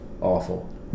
Awful